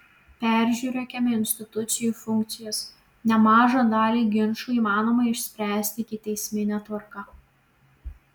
peržiūrėkime institucijų funkcijas nemažą dalį ginčų įmanoma išspręsti ikiteismine tvarka